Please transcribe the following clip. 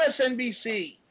MSNBC